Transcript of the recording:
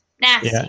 Nasty